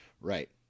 Right